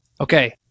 Okay